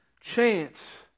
chance